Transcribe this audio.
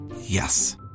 Yes